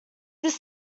this